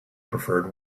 preferred